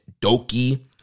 Doki